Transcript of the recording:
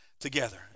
together